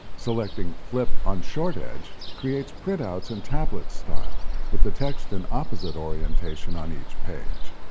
selecting flip on short edge creates printouts in tablet style with the text in opposite orientation on each page.